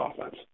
offense